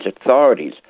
authorities